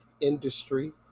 industry